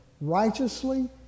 righteously